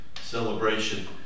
celebration